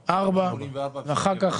484, מסגרת